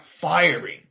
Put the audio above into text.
firing